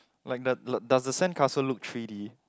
like the does the sandcastle look three D